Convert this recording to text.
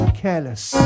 careless